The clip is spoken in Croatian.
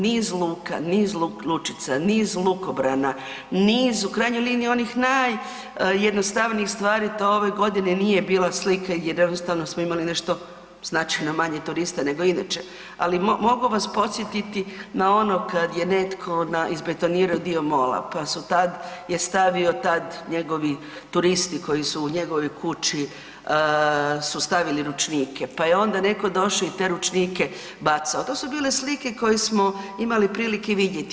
Niz luka, niz lučica, niz lukobrana, niz, u krajnjoj liniji onih najjednostavnijih stvari, to ove godine nije bila slika jer jednostavno smo imali nešto značajno manje turista nego inače, ali mogu vas podsjetiti na ono kad je netko, izbetonirao dio mola, pa su tad, je stavio tad njegovi turisti koji su u njegovoj kući su stavili ručnike, pa je onda netko došao i te ručnike bacao, to su bile slike koje smo imali prilike vidjeti.